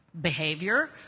Behavior